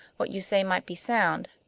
what you say might be sound.